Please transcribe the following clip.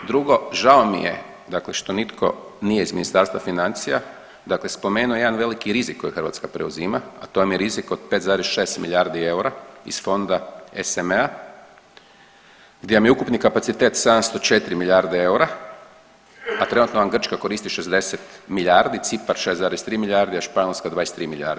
Drugo, žao mi je dakle što nitko nije iz Ministarstva financija, dakle spomenuo jedan veliki rizik koji Hrvatska preuzima, a to vam je rizik od 5,6 milijardi eura iz fonda SMA gdje vam je ukupni kapacitet 704 milijarde eura, a trenutno vam Grčka koristi 60 milijardi, Cipar 6,3 milijarde, a Španjolska 23 milijarde.